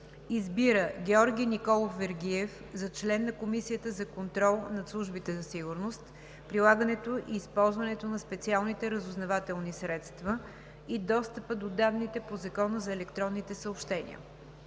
Избира Георги Николов Вергиев за член на Комисията за контрол над службите за сигурност, прилагането и използването на специалните разузнавателни средства и достъпа до данните по Закона за електронните съобщения.